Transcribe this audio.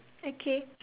okay